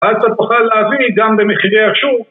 אז אתה תוכל להביא גם במחירי השוק